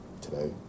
today